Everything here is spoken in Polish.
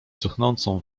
cuchnącą